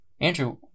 Andrew